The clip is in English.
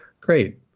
Great